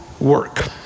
work